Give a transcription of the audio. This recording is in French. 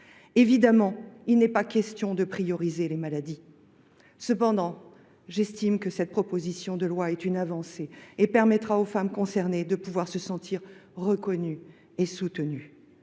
Évidemment, il n’est pas question de prioriser les maladies. Cependant, j’estime que ce texte constitue une avancée en ce qu’il permettra aux femmes concernées de se sentir reconnues et soutenues.